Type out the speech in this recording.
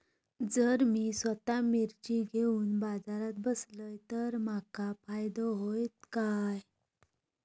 जर मी स्वतः मिर्ची घेवून बाजारात बसलय तर माका फायदो होयत काय?